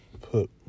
put